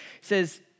says